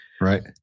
Right